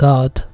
God